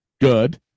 good